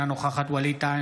אינה נוכחת ווליד טאהא,